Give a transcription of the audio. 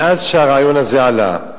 מאז שהרעיון הזה עלה,